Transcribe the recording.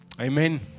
Amen